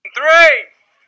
three